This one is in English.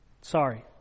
sorry